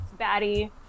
baddie